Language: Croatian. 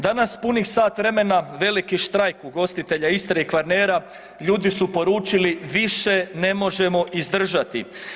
Danas punih sat vremena veliki štrajk ugostitelja Istre i Kvarnera, ljudi su poručili više ne možemo izdržati.